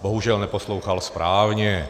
Bohužel neposlouchal správně.